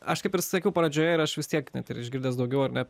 aš kaip ir sakiau pradžioje ir aš vis tiek net ir išgirdęs daugiau ar ne